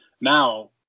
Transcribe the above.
now